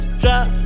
drop